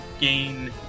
gain